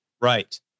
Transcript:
Right